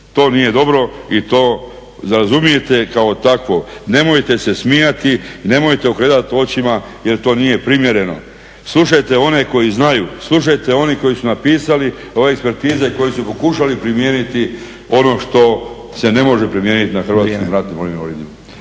To nije dobro i to … kao takvo. Nemojte se smijati, nemojte okretati očima jer to nije primjereno. Slušajte one koji znaju, slušajte one koji su napisali ove … i koji su pokušali primijeniti ono što se ne može primijeniti na Hrvatskim ratnim vojnim